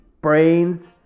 brains